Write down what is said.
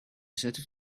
set